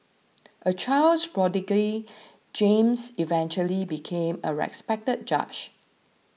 a child prodigy James eventually became a respected judge